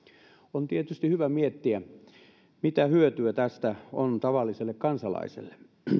on tietysti hyvä miettiä mitä hyötyä tästä on tavalliselle kansalaiselle